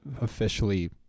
Officially